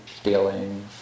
stealing